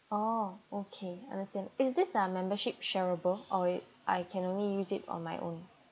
oh okay understand is this uh membership shareable or it I can only use it on my own